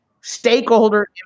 stakeholder